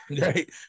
Right